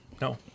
No